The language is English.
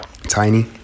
Tiny